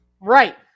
right